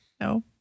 No